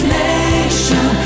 nation